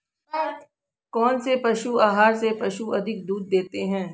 कौनसे पशु आहार से पशु अधिक दूध देते हैं?